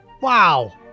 Wow